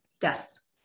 deaths